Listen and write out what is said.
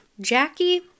Jackie